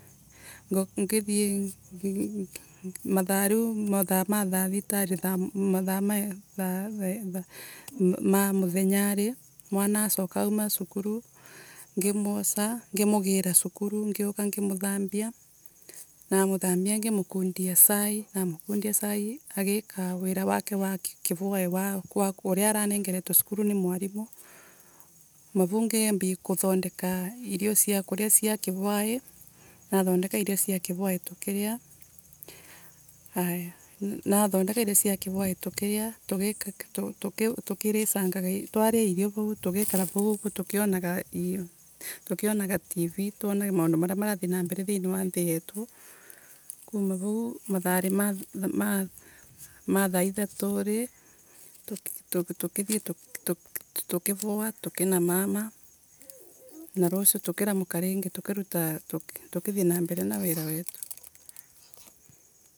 Ngo ngingithiee mathaa riu mathaa ma thathitari mathaa mathaa ma mathaa ma muthenyari mwana acoka auma cukuru, ngimwoca, ngimugiira cukuru, ngiuka ngimuthambia, namuthambia ngimukundia cai, namukundia cai, agiika wira wake wa kivwauii wa uria ararengeretwe cukuru ni mwarimu kuma vau ngiambi kuthondeka iria cia kuria cia kivwaii. nathondeka irio cia kivwaii tukiria. Ayaa! Nathondeka irio cia kivwaii tukiria, tuki tukiricanga. Twaria irio tukikara vau uguo tukionaga irio tukionaga T. V twonage maundu maria marathie na mbere, thiini wa yetu. Kuuma vau mathaari ma ma thaa ithaturi, tukithie tuki tuki tukivaa tukinamama na rucio tukiramuka ringi tukirutaa tukithie na mbere na wira wetu.